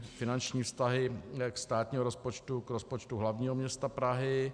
Finanční vztah státního rozpočtu k rozpočtu hlavního města Prahy